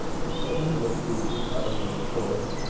he says to miss lucy, telling of the story,